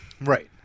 Right